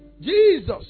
Jesus